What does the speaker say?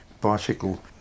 bicycle